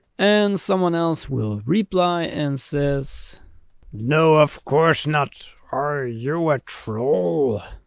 and someone else will reply and says no offcourse not. are your a troll?